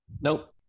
Nope